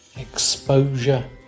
exposure